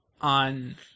On